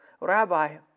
Rabbi